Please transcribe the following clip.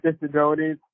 disabilities